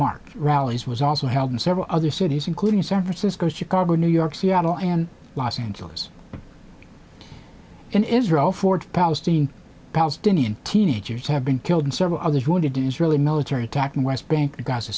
market rallies was also held in several other cities including san francisco chicago new york seattle and los angeles in israel for palestinian palestinian teenagers have been killed and several others wounded in israeli military attack in west bank gaza